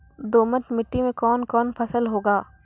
दोमट मिट्टी मे कौन कौन फसल होगा?